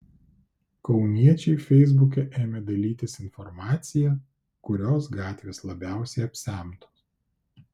kauniečiai feisbuke ėmė dalytis informacija kurios gatvės labiausiai apsemtos